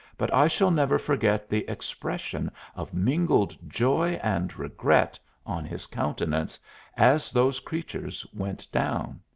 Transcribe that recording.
but i shall never forget the expression of mingled joy and regret on his countenance as those creatures went down.